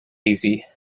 easy